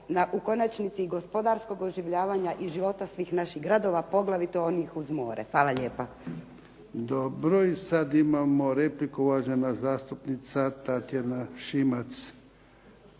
u konačnici i gospodarskog oživljavanja i života svih naših gradova poglavito onih uz more. Hvala lijepa. **Jarnjak, Ivan (HDZ)** Dobro. I sada imamo repliku, uvažena zastupnica Tatjana